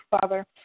Father